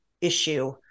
issue